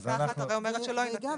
כן.